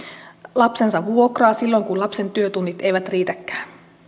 lapsensa vuokraa silloin kun lapsen työtunnit eivät riitäkään